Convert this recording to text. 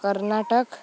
Karnataka